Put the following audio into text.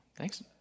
Thanks